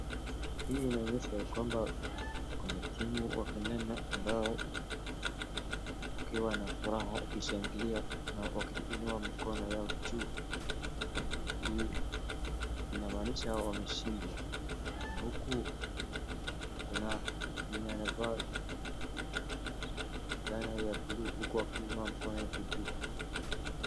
Hii inaonyesha ya kwamba wanatimu ya kandanda ambao wakiwa na furaha, wakishangilia na wakiinua mikononyao juu, hii inamanisha wameshindwa. Na huku kuna mwenye anavaa fulana ya buluu huku ikiinua mkono yake juu.